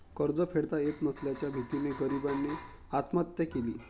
कर्ज फेडता येत नसल्याच्या भीतीने गरीबाने आत्महत्या केली